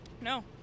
No